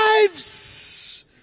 lives